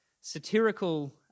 satirical